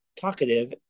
talkative